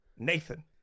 Nathan